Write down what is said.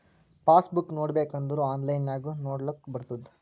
pass book ನೋಡ್ಬೇಕ್ ಅಂದುರ್ online ನಾಗು ನೊಡ್ಲಾಕ್ ಬರ್ತುದ್